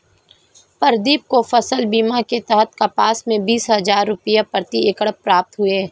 प्रदीप को फसल बीमा के तहत कपास में बीस हजार रुपये प्रति एकड़ प्राप्त हुए